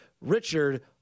Richard